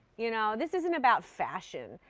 you know. this isn't about fashion.